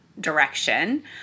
direction